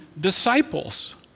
disciples